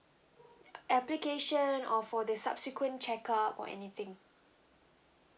ap~ application or for the subsequent check up or anything